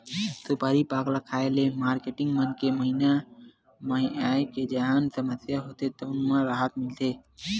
सुपारी पाक ल खाए ले मारकेटिंग मन के महिना आए के जउन समस्या होथे तउन म राहत मिलथे